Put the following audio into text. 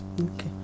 okay